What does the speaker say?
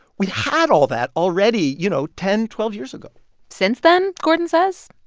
we had all that already, you know, ten, twelve years ago since then, gordon says,